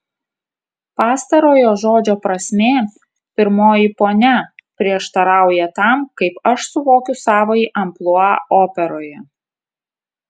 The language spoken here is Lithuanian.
pastarojo žodžio prasmė pirmoji ponia prieštarauja tam kaip aš suvokiu savąjį amplua operoje